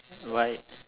right